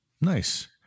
Nice